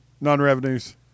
non-revenues